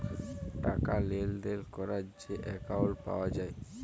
টাকা লেলদেল ক্যরার যে একাউল্ট পাউয়া যায়